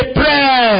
pray